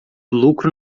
lucro